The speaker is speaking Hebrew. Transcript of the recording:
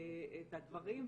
את הדברים,